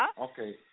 Okay